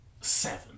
Seven